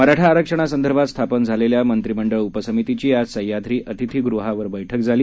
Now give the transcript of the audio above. मराठा आरक्षणासंदर्भात स्थापन झालेल्या मंत्रिमंडळ उपसमितीची आज सह्याद्री अतिथीगृहावर बैठक झाली